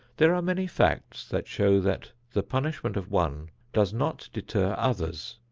there are many facts that show that the punishment of one does not deter others.